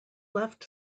left